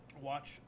watch